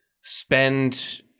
spend